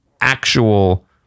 actual